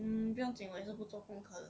mm 不用尽我也是不做功课的